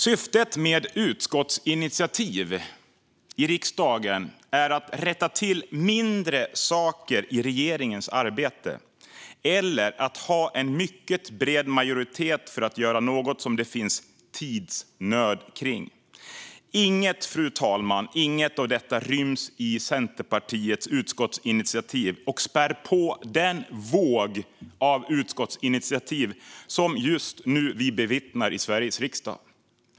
Syftet med utskottsinitiativ i riksdagen är att rätta till mindre saker i regeringens arbete eller att ha en mycket bred majoritet för att göra något som det finns tidsnöd kring. Inget, fru talman, inget av detta ryms i Centerpartiets utskottsinitiativ, och det spär på den våg av utskottsinitiativ som vi just nu bevittnar i Sveriges riksdag.